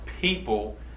people